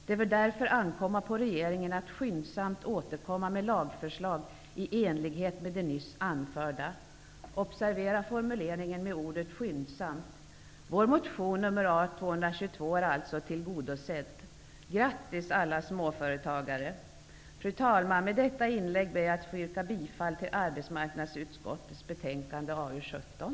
Det bör därför ankomma på regeringen att skyndsamt återkomma med lagförslag i enlighet med det nyss anförda.'' Observera formuleringen med ordet skyndsamt! Vår motion A222 är alltså tillgodosedd. Grattis alla småföretagare! Fru talman! Med detta inlägg ber jag att få yrka bifall till hemställan i arbetsmarknadsutskottets betänkande AU17.